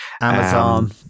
Amazon